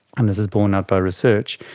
and this is borne out by research,